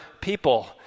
people